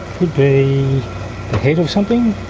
be the head of something?